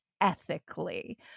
ethically